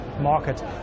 market